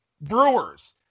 brewers